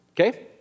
Okay